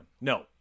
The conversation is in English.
No